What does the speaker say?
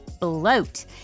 bloat